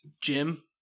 Jim